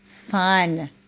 fun